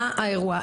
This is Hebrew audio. מה האירוע,